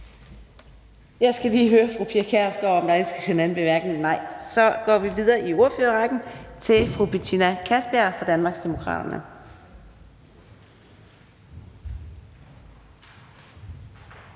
fru Pia Kjærsgaard, om der ønskes en anden bemærkning – nej. Så går vi videre i ordførerrækken til fru Betina Kastbjerg fra Danmarksdemokraterne.